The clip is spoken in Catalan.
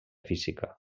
física